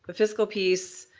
fiscal piece,